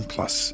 Plus